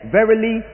Verily